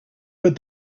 but